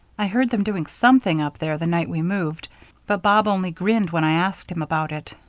i heard them doing something up there the night we moved but bob only grinned when i asked him about it.